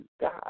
God